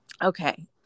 Okay